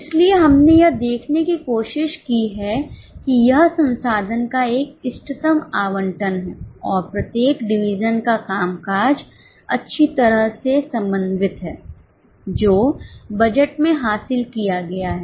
इसलिए हमने यह देखने की कोशिश की है कि यह संसाधन का एक इष्टतम आवंटन है और प्रत्येक डिवीजन का कामकाज अच्छी तरह से समन्वित है जो बजट में हासिल किया गया है